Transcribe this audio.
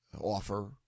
offer